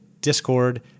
Discord